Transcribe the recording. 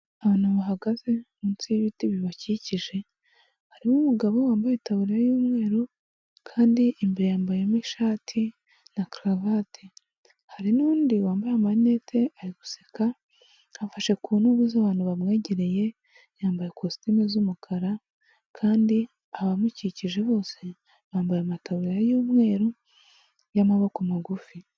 Abantu bahagaze munsi y'ibiti bibakikije, harimo umugabo wambaye itaburiya y'umweru kandi imbere yambayemo ishati na karuvate, hari n'undi wambaye amarinete ari guseka afashe ku ntugu z'abantu bamwegereye yambaye kositimu z'umukara kandi abamukikije bose bambaye amataburiya y'umweru y'amaboko magufi.